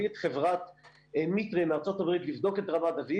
את חברת Mitre מארה"ב לבדוק את רמת דוד,